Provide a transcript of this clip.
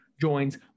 joins